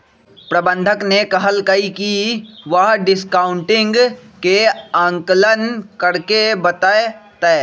प्रबंधक ने कहल कई की वह डिस्काउंटिंग के आंकलन करके बतय तय